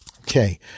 Okay